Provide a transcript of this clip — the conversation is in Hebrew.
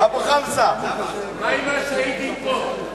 מה עם השהידים פה?